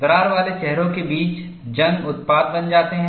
दरार वाले चेहरों के बीच जंग उत्पाद बन जाते हैं